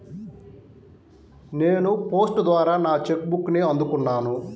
నేను పోస్ట్ ద్వారా నా చెక్ బుక్ని అందుకున్నాను